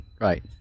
right